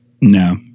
No